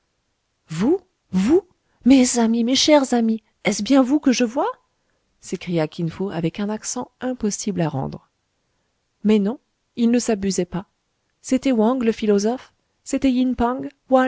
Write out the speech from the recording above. vous vous mes amis mes chers amis est-ce bien vous que je vois s'écria kin fo avec un accent impossible à rendre mais non il ne s'abusait pas c'était wang le philosophe c'étaient